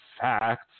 facts